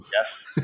Yes